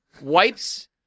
wipes